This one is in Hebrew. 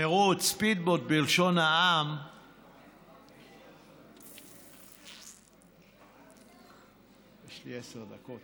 speed boat, בלשון העם, יש לי עשר דקות,